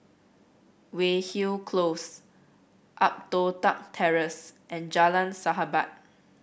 Weyhill Close Upper Toh Tuck Terrace and Jalan Sahabat